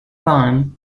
vaughan